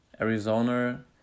arizona